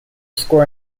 score